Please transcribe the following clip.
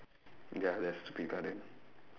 ya that stupid garden